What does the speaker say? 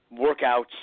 workouts